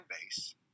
base